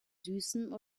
süßen